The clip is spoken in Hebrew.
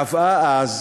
קבעה אז